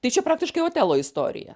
tai čia praktiškai otelo istorija